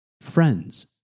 Friends